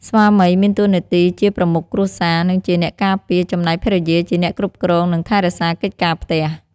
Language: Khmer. ស្វាមីមានតួនាទីជាប្រមុខគ្រួសារ និងជាអ្នកការពារ ចំណែកភរិយាជាអ្នកគ្រប់គ្រង និងថែរក្សាកិច្ចការផ្ទះ។